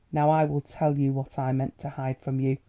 now i will tell you what i meant to hide from you.